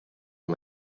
and